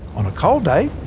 on a cold day,